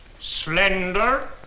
Slender